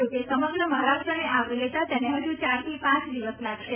જોકે સમગ્ર મહારાષ્ટ્રને આવરી લેતા તેને હજ્ ચારથી પાંચ દિવસ લાગશે